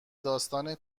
داستان